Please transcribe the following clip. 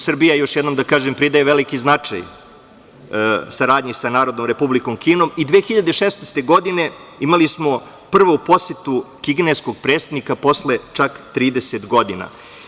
Srbija, još jednom da kažem, pridaje veliki značaj saradnji sa Narodnom Republikom Kinom i 2016. godine imali smo prvu posetu kineskog predsednika posle čak 30 godina.